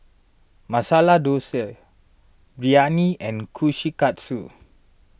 Masala Dosa Biryani and Kushikatsu